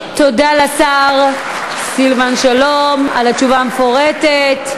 תודה לשר סילבן שלום על התשובה המפורטת.